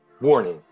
Warning